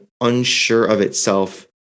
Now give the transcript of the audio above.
unsure-of-itself